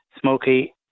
smoky